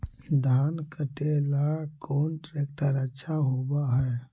धान कटे ला कौन ट्रैक्टर अच्छा होबा है?